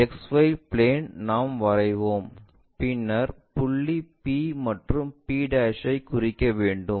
XY plane நாம் வரைவோம் பின்னர் புள்ளி P மற்றும் p ஐ குறிக்க வேண்டும்